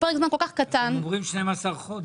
בפרק זמן כל כך קטן של 12 חודשים.